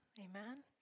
Amen